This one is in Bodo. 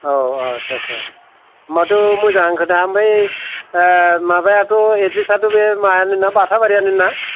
औ आच्छा आच्छा होमबाथ' मोजां आनो खोथा ओमफाय माबायाथ' एद्रेसयाथ' बे माबाया बाताबारियानो ना